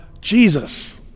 Jesus